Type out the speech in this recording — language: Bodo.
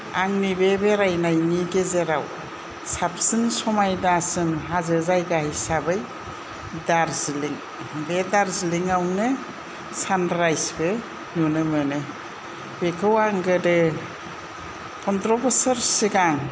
आंनि बे बेरायनायनि गेजेराव साबसिन समायनासिन हाजो जायगा हिसाबै दार्जिलीं बे दार्जिलींआवनो सानरायजबो नुनो मोनो बेखौ आं गोदो पन्द्र' बोसोर सिगां